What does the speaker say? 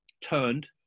turned